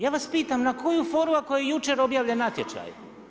Ja vas pitam na koju foru ako je jučer objavljen natječaj.